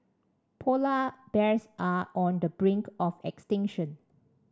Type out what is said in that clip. polar bears are on the brink of extinction